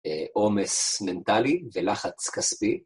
עומס מנטלי ולחץ כספי.